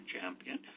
champion